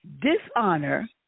dishonor